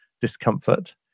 discomfort